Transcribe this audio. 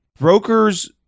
Brokers